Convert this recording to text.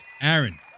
Aaron